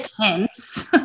tense